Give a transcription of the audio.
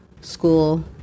school